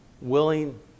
willing